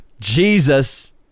Jesus